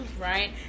Right